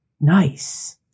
Nice